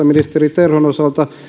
ministeri terhon osalta